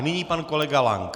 Nyní pan kolega Lank.